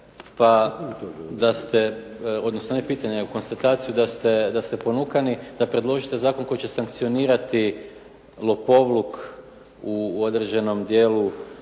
pa da ste odnosno ne pitanje nego konstataciju da ste ponukani da predložite zakon koji će sankcionirati lopovluk u određenom dijelu